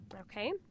Okay